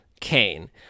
Kane